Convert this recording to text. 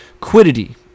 quiddity